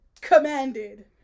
Commanded